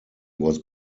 was